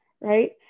right